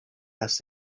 asked